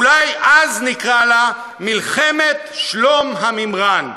אולי אז נקרא לה מלחמת שלום המימרן.